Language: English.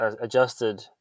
adjusted